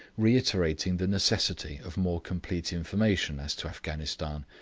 reiterating the necessity of more complete information as to afghanistan,